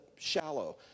Shallow